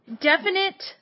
Definite